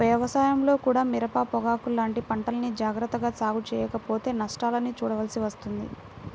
వ్యవసాయంలో కూడా మిరప, పొగాకు లాంటి పంటల్ని జాగర్తగా సాగు చెయ్యకపోతే నష్టాల్ని చూడాల్సి వస్తుంది